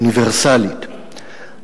אוניברסלית,